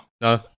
no